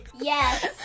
yes